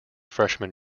freshman